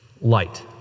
light